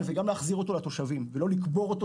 וגם להחזיר אותו לתושבים ולא לקבור אותו.